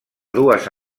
dues